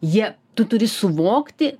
jie tu turi suvokti